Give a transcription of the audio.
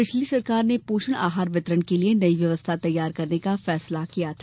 पिछली सरकार ने पोषण आहार वितरण के लिए नई व्यवस्था तैयार करने का फैसला किया था